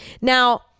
Now